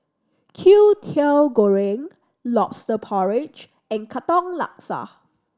Kwetiau Goreng Lobster Porridge and Katong Laksa